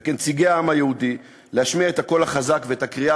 וכנציגי העם היהודי להשמיע את הקול החזק ואת הקריאה